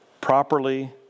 properly